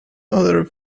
other